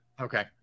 Okay